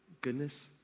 goodness